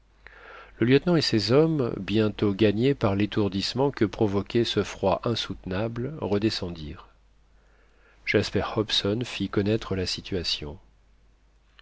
le lieutenant et ses hommes bientôt gagnés par l'étourdissement que provoquait ce froid insoutenable redescendirent jasper hobson fit connaître la situation